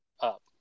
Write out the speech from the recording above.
up